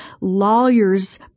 lawyer's